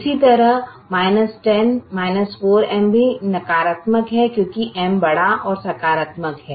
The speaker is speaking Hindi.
इसी तरह 10 4M भी नकारात्मक है क्योंकि M बड़ा और सकारात्मक है